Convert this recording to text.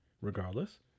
regardless